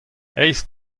eizh